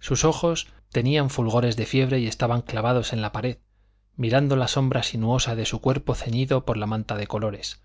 sus ojos tenían fulgores de fiebre y estaban clavados en la pared mirando la sombra sinuosa de su cuerpo ceñido por la manta de colores